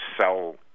sell